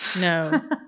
No